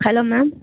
hello ma'am